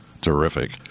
Terrific